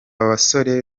basore